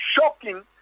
shocking